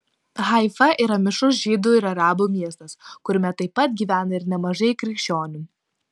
haifa yra mišrus žydų ir arabų miestas kuriame taip pat gyvena ir nemažai krikščionių